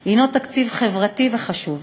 הוא תקציב חברתי וחשוב.